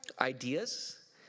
ideas